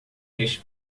neste